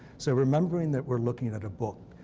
so, remembering that we're looking at a book,